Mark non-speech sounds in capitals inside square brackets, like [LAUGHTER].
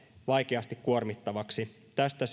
vaikeasti kuormittavaksi tästä [UNINTELLIGIBLE]